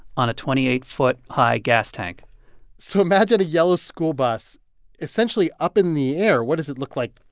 on a twenty eight foot high gas tank so imagine a yellow school bus essentially up in the air. what does it look like,